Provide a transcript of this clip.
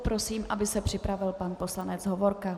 Prosím, aby se připravil pan poslanec Hovorka.